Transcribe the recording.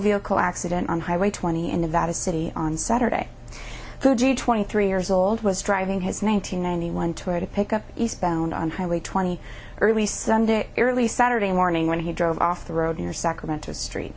vehicle accident on highway twenty and that a city on saturday twenty three years old was driving his nine hundred ninety one toy to pick up eastbound on highway twenty early sunday early saturday morning when he drove off the road near sacramento street